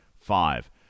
five